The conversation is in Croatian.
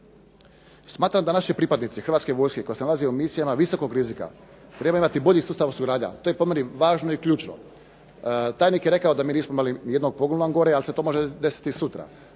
Smatram da naši pripadnici Hrvatske vojske koja se nalazi u misijama visokog rizika trebaju imati bolji sustav suradnja. To je po meni važno i ključno. Tajnik je rekao da mi nismo imali ni …/Govornik se ne razumije./… gore, ali se to može desiti sutra.